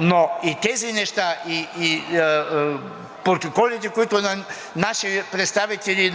но и тези неща, и протоколите, които наши представители